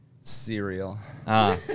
cereal